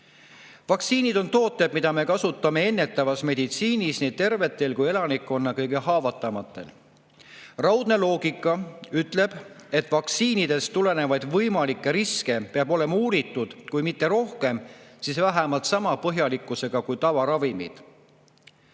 Vaktsiinid on tooted, mida me kasutame ennetavas meditsiinis nii tervete kui ka elanikkonna kõige haavatavamate puhul. Raudne loogika ütleb, et vaktsiinidest tulenevaid võimalikke riske peab olema uuritud, kui mitte rohkem, siis vähemalt sama põhjalikkusega kui tavaravimite